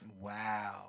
Wow